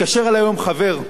התקשר אלי היום חבר,